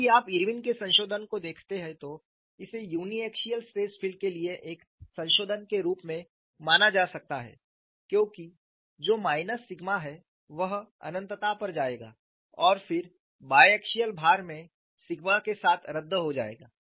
यदि आप इरविन के संशोधन को देखते हैं तो इसे यूनिएक्सिअल स्ट्रेस फील्ड के लिए एक संशोधन के रूप में माना जा सकता है क्योंकि जो माइनस सिग्मा 𝜎 है वह अनंतता पर जाएगा और फिर बायएक्सियल भार में सिग्मा 𝜎 के साथ रद्द हो जायेगा